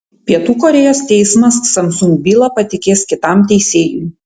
pietų korėjos teismas samsung bylą patikės kitam teisėjui